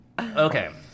Okay